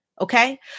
okay